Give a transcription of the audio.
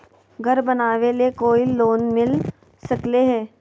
घर बनावे ले कोई लोनमिल सकले है?